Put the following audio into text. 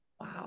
Wow